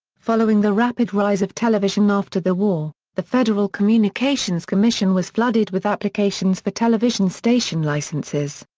following the rapid rise of television after the war, the federal communications commission was flooded with applications for television station licenses.